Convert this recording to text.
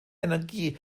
energie